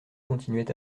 continuait